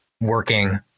working